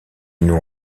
noms